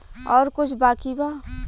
और कुछ बाकी बा?